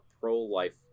pro-life